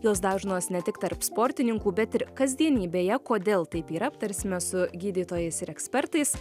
jos dažnos ne tik tarp sportininkų bet ir kasdienybėje kodėl taip yra aptarsime su gydytojais ir ekspertais